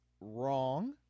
wrong